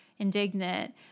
indignant